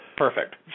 Perfect